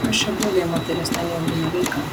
kas čia bloga jei moteris namie augina vaiką